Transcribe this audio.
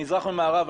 מזרח ממערב,